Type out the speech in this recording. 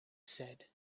said